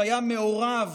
שהיה מעורב